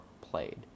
played